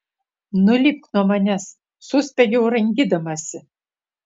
nulipk nuo manęs suspiegiau rangydamasi